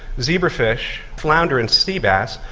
zebrafish, flounder and seabass,